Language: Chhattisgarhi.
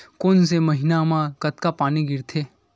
कोन से महीना म कतका पानी गिरथे?